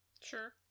Sure